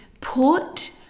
put